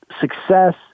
success